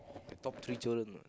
top three children ah